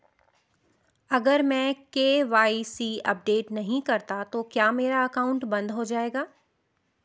अगर मैं KYC update नहीं करता तो क्या मेरा अकाउंट बंद हो जाएगा?